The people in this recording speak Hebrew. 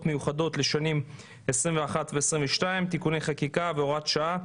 מיוחדות לשנים 2021 ו-2022) (תיקוני חקיקה והוראת שעה),